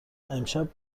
امشب